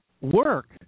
Work